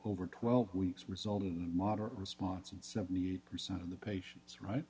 over twelve weeks result of moderate response and seventy eight percent of the patients right